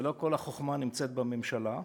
ולא כל החוכמה נמצאת בממשלה.